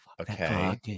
okay